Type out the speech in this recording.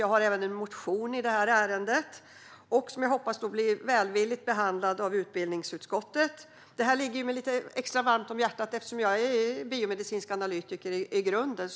Jag har även en motion i det här ärendet som jag hoppas blir välvilligt behandlad av utbildningsutskottet. Detta ligger mig extra varmt om hjärtat eftersom jag är biomedicinsk analytiker i grunden.